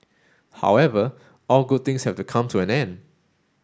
however all good things have to come to an end